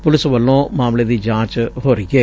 police ਵਲੋ ਮਾਮਲੇ ਦੀ ਜਾਂਚ ਹੋ ਰਹੀ ਏ